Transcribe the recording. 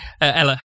Ella